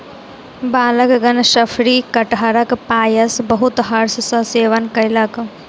बालकगण शफरी कटहरक पायस बहुत हर्ष सॅ सेवन कयलक